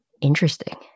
Interesting